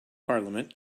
parliament